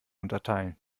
unterteilen